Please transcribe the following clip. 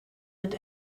and